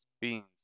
beans